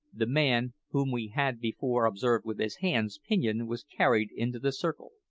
the man whom we had before observed with his hands pinioned was carried into the circle.